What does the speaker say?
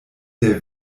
der